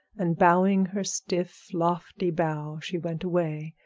and bowing her stiff, lofty bow, she went away,